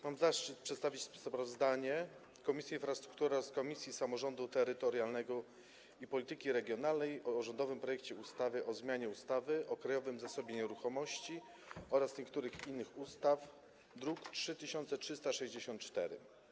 Mam zaszczyt przedstawić sprawozdanie Komisji Infrastruktury oraz Komisji Samorządu Terytorialnego i Polityki Regionalnej o rządowym projekcie ustawy o zmianie ustawy o Krajowym Zasobie Nieruchomości oraz niektórych innych ustaw, druk nr 3364.